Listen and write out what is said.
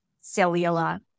cellular